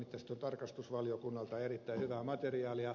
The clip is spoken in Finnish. tästä on tarkastusvaliokunnalta erittäin hyvää materiaalia